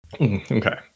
Okay